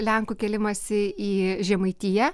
lenkų kėlimąsi į žemaitiją